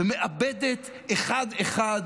היא מאבדת אחד-אחד